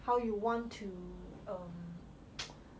how you want to um